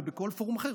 ובכל פורום אחר.